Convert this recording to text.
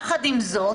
יחד עם זאת,